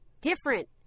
Different